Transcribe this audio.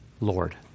Lord